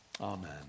Amen